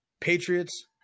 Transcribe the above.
Patriots